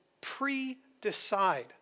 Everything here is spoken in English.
pre-decide